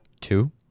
Two